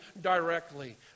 directly